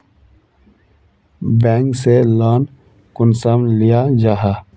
Bank से loan कुंसम लिया जाहा?